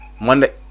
Monday